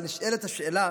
אבל נשאלת השאלה